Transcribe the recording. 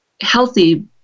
healthy